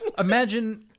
Imagine